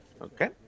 Okay